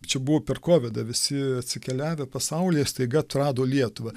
čia buvo per kovidą visi atsikelivę pasaulyje staiga atrado lietuvą